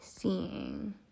Seeing